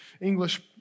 English